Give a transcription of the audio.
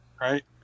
right